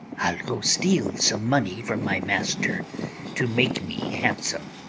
i'll go steal some money from my master to make me handsome